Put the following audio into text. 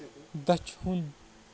دٔچھُن